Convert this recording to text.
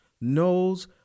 knows